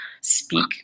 speak